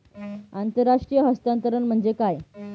आंतरराष्ट्रीय हस्तांतरण म्हणजे काय?